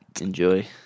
Enjoy